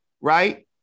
Right